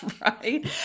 Right